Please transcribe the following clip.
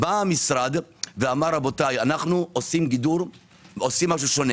בא המשרד ואמר, אנחנו עושים משהו שונה